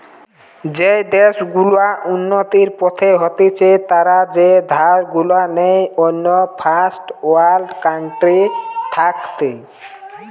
যেই দেশ গুলা উন্নতির পথে হতিছে তারা যে ধার গুলা নেই অন্য ফার্স্ট ওয়ার্ল্ড কান্ট্রি থাকতি